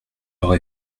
leurs